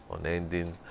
Unending